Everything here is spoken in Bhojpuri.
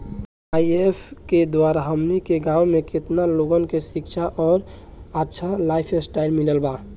ए.आई.ऐफ के द्वारा हमनी के गांव में केतना लोगन के शिक्षा और अच्छा लाइफस्टाइल मिलल बा